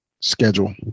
schedule